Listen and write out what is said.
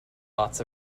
lots